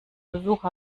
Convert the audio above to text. besuch